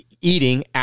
eating